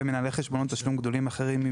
ומנהלי חשבונות תשלום גדולים אחרים,